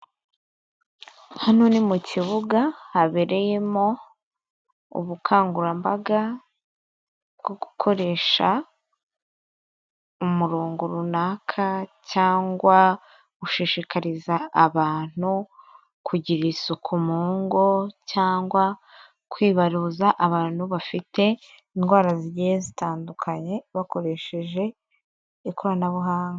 Hano ni mu kibuga, habereyemo ubukangurambaga bwo gukoresha umurongo runaka cyangwa gushishikariza abantu kugira isuku mu ngo cyangwa kwibaruza, abantu bafite indwara zigiye zitandukanye, bakoresheje ikoranabuhanga.